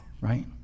Right